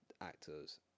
actors